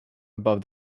above